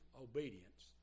obedience